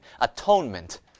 Atonement